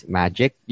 magic